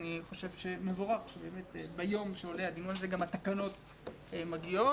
אני חושב שמבורך שביום שעולה הדיון הזה גם התקנות מגיעות.